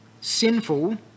sinful